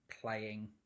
playing